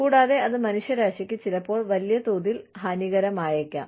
കൂടാതെ അത് മനുഷ്യരാശിക്ക് ചിലപ്പോൾ വലിയതോതിൽ ഹാനികരമായേക്കാം